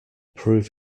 prove